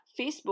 Facebook